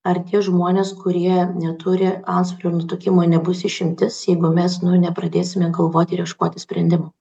ar tie žmonės kurie neturi antsvorio ir nutukimo nebus išimtis jeigu mes nu nepradėsime galvoti ir ieškoti sprendimų